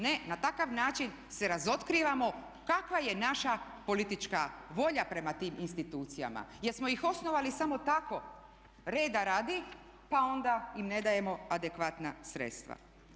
Ne, na takav način se razotkrivamo kakva je naša politička volja prema tim institucijama, jesmo ih osnovali samo tako reda radi, pa onda im ne dajemo adekvatna sredstva.